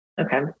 Okay